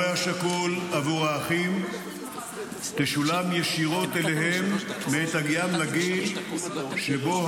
השכול עבור האחים תשולם ישירות אליהם מעת הגיעם לגיל שבו